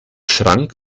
schrank